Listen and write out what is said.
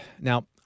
Now